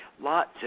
lots